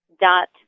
dot